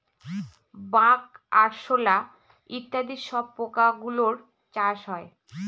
bug, আরশোলা ইত্যাদি সব পোকা গুলোর চাষ হয়